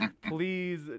Please